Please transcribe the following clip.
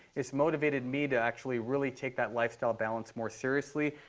it's motivated me to actually really take that lifestyle balance more seriously.